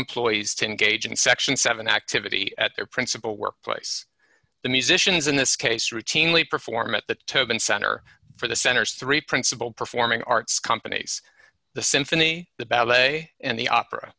employees to engage in section seven activity at their principal workplace the musicians in this case routinely perform at the tobin center for the center's three principal performing arts companies the symphony the ballet and the opera